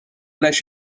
leis